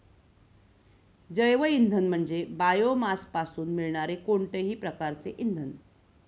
जैवइंधन म्हणजे बायोमासपासून मिळणारे कोणतेही प्रकारचे इंधन